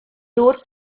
ddŵr